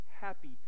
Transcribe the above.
happy